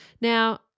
Now